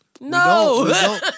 No